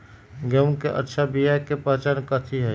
गेंहू के अच्छा बिया के पहचान कथि हई?